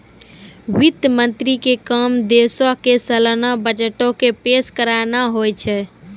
वित्त मंत्री के काम देशो के सलाना बजटो के पेश करनाय होय छै